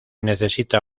necesita